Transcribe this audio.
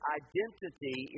identity